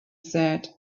said